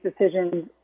decisions